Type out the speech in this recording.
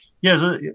Yes